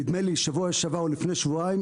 נדמה לי שבוע שעבר או לפני שבועיים,